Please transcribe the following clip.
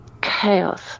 chaos